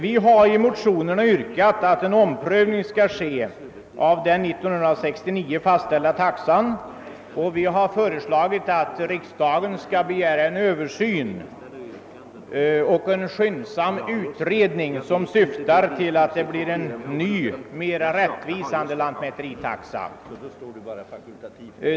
Vi har i motionerna yrkat på en omprövning av den år 1969 fastställda taxan och föreslagit att riksdagen skall begära en skyndsam utredning och framläggande av förslag till en ny, mer rättvisande lantmäteritaxa.